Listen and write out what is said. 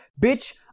bitch